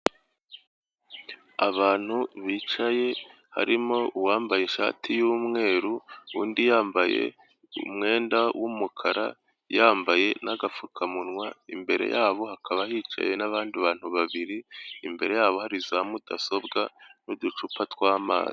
Abantu bicaye harimo uwambaye ishati y'umweru, undi yambaye umwenda w'umukara yambaye n'agafukamunwa, imbere yabo hakaba hicaye n'abandi bantu babiri, imbere yabo hari za mudasobwa n'uducupa tw'amazi.